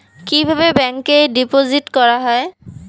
কিভাবে ব্যাংকে ডিপোজিট করা হয়?